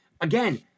again